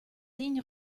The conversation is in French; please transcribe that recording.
lignes